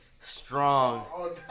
strong